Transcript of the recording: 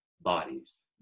bodies